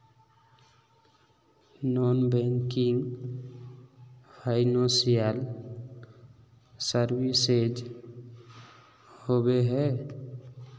Non banking financial services होबे है?